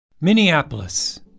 Minneapolis